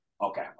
Okay